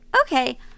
Okay